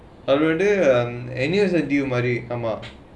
really um any university ஆமா:aamaa